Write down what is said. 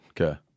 Okay